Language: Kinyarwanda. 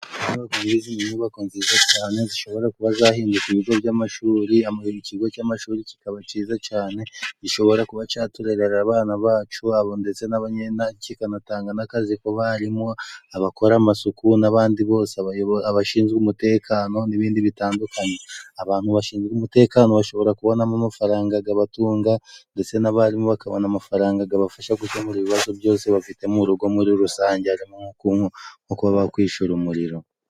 Inyubako nziza cyane zishobora kuba zahinduka ibigo by'amashuri. Ikigo cy'amashuri kikaba cyiza cyane. Gishobora kuba cya turerera abana bacu ndetse kikanatanga n'akazi, kuba harimo abakora amasuku n'abandi bose abashinzwe umutekano, n'ibindi bitandukanye, abantu bashinzwe umutekano bashobora kubonamo amafaranga akabatunga ndetse n'abarimu bakabona amafaranga bibafasha mu gukemura ibibazo byose bafite m'urugo. Muri rusange harimo ngo kuba kwishyura umuriro.